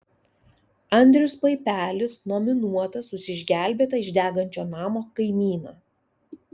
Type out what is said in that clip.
andrius paipelis nominuotas už išgelbėtą iš degančio namo kaimyną